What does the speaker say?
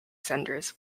centers